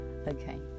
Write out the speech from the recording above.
okay